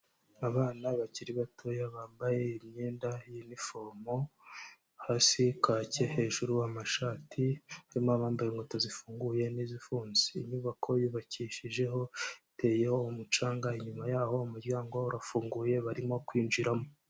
Abana bakiri batoya bambaye imyenda y'inifomo, hasi kaki hejuru amashati, harimo abambaye inkweto zifunguye n'izifunze, inyubako yubakishijeho iteyeho umucanga inyuma yaho umuryango urafunguye barimo kwinjiramo.